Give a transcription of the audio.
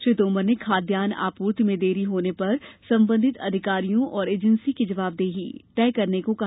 श्री तोमर ने खाद्यान्न आपूर्ति में देरी होने पर संबंधित अधिकारियों और एजेन्सी की जबावदेही तय करने को कहा